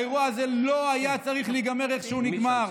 האירוע הזה לא היה צריך להיגמר איך שהוא נגמר.